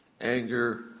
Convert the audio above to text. anger